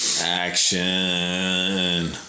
action